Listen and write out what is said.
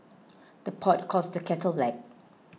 the pot calls the kettle black